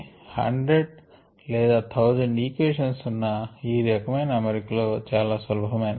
100 లు లేదా 1000 ఈక్వేషన్ ఉన్నా ఈ రకమైన అమరిక లో చాలా సులభమైనది